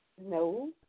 No